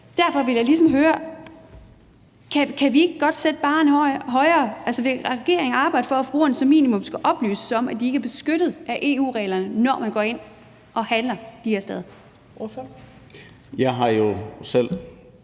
Derfor vil jeg ligesom høre: Kan vi ikke godt sætte barren højere? Altså, vil regeringen arbejde for, at forbrugerne som minimum skal oplyses om, at de ikke er beskyttet af EU-reglerne, når de går ind og handler de her steder? Kl.